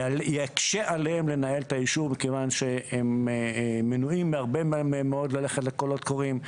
יקשה עליהם לנהל את היישוב מכיוון שהם מנועים רבות מללכת לקולות קוראים.